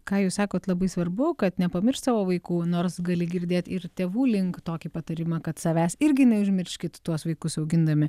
ką jūs sakot labai svarbu kad nepamiršt savo vaikų nors gali girdėt ir tėvų link tokį patarimą kad savęs irgi neužmirškit tuos vaikus augindami